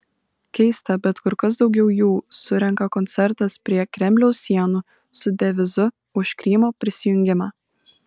keista bet kur kas daugiau jų surenka koncertas prie kremliaus sienų su devizu už krymo prisijungimą